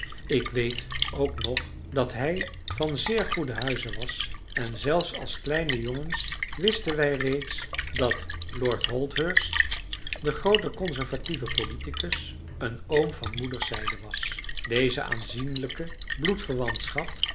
ik weet ook nog dat hij van zeer goeden huize was en zelfs als kleine jongens wisten wij reeds dat lord holdhurst de groote conservatieve politicus een oom van moederszijde was deze aanzienlijke